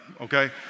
Okay